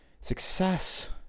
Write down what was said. success